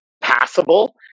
passable